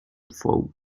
foe